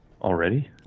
Already